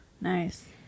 Nice